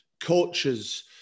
coaches